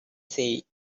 said